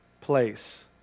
place